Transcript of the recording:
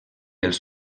els